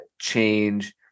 change